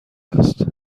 است